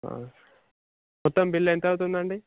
మొత్తం బిల్లు ఎంత అవుతుందండి